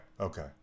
okay